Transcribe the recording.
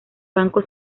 banco